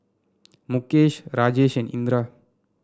Mukesh Rajesh and Indira